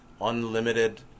unlimited